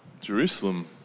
Jerusalem